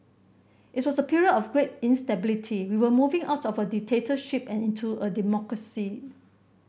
it was a period of great instability we were moving out of a dictatorship and into a democracy